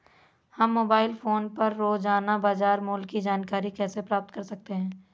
हम mobile phone पर रोजाना बाजार मूल्य की जानकारी कैसे प्राप्त कर सकते हैं?